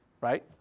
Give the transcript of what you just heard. right